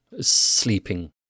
sleeping